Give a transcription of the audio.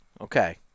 Okay